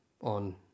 on